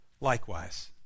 likewise